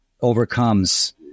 overcomes